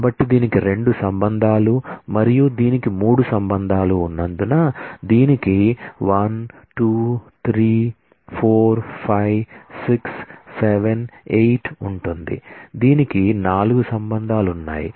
కాబట్టి దీనికి రెండు సంబంధాలు మరియు దీనికి 3 రిలేషన్లు ఉన్నందున దీనికి 1 2 3 4 5 6 7 8 ఉంటుంది దీనికి 4 రిలేషన్లు ఉన్నాయి